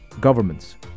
governments